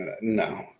No